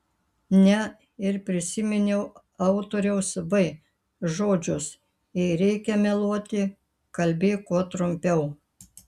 ne ir prisiminiau autoriaus v žodžius jei reikia meluoti kalbėk kuo trumpiau